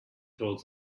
told